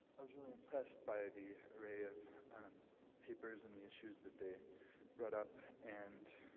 i was really impressed by the array of papers and the issues that they brought up and,